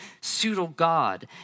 pseudo-God